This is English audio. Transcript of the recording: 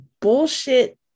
bullshit